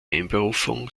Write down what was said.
einberufung